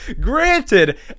granted